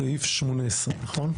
סעיף 18, נכון?